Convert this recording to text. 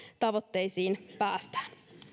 tavoitteisiin päästään